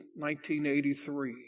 1983